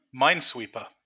Minesweeper